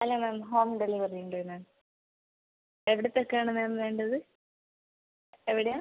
അല്ല ma'am home delivery ഉണ്ട് ma'am എവിടുത്തേക്കാണ് മാം വേണ്ടത് എവിടെയാണ്